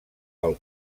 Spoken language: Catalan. pel